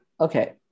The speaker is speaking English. okay